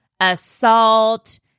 assault